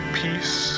peace